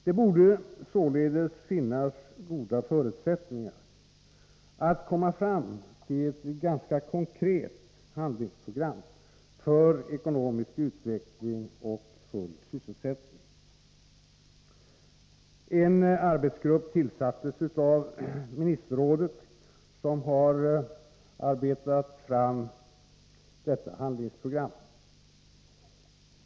Det borde således ha funnits goda förutsättningar för att man skulle komma fram till ett ganska konkret handlingsprogram för ekonomisk utveckling och full sysselsättning. En arbetsgrupp tillsattes av ministerrådet, och denna grupp har tagit fram ett handlingsprogram.